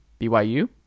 BYU